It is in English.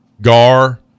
Gar